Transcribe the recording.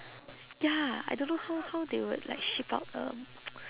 ya I don't know how how they would like ship out um